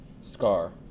Scar